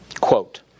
Quote